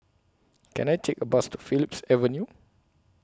Can I Take A Bus to Phillips Avenue